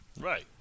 Right